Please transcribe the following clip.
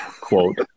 quote